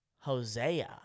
Hosea